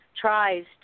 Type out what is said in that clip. tries